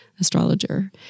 astrologer